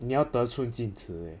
你要得寸进尺